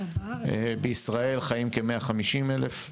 בישראל חיים כ-150,000,